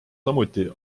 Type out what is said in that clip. samuti